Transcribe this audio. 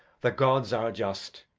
the gods are just,